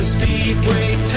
Speedway